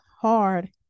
hard